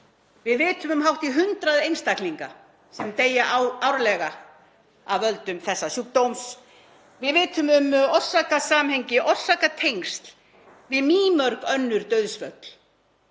Við vitum um hátt í 100 einstaklinga sem deyja árlega af völdum þessa sjúkdóms. Við vitum um orsakasamhengi, orsakatengsl við mýmörg önnur dauðsföll